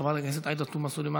חברת הכנסת עאידה תומא סלימאן,